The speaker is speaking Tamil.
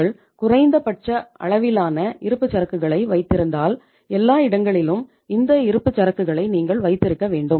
நீங்கள் குறைந்தபட்ச அளவிலான இருப்புச்சரக்குகளை வைத்திருந்தால் எல்லா இடங்களிலும் இந்த இருப்புச்சரக்குகளை நீங்கள் வைத்திருக்க வேண்டும்